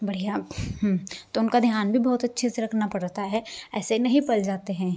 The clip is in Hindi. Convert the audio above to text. बढ़िया तो उनका ध्यान भी बहुत अच्छे से रखना पड़ता है ऐसे नहीं पल जाते हैं